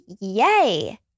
yay